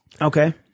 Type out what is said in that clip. Okay